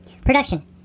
Production